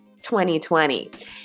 2020